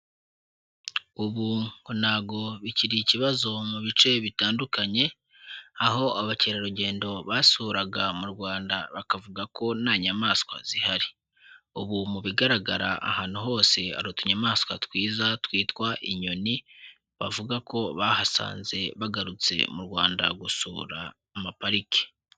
Ubu ntabwo bikiri ikibazo mu bice bitandukanye, aho abakerarugendo basuraga mu Rwanda bakavuga ko nta nyamaswa zihari, ubu mu bigaragara ahantu hose hari utunyamaswa twiza twitwa inyoni, bavuga ko bahasanze bagarutse mu Rwanda gusura amaparike.